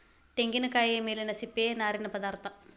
ತೆಂಗಿನಕಾಯಿಯ ಮೇಲಿನ ಸಿಪ್ಪೆಯ ನಾರಿನ ಪದಾರ್ಥ